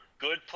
good